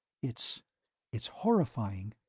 it's it's horrifying!